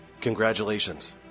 Congratulations